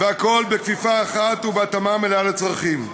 והכול בכפיפה אחת ובהתאמה מלאה לצרכים.